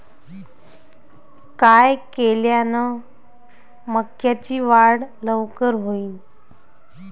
काय केल्यान मक्याची वाढ लवकर होईन?